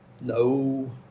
no